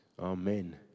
Amen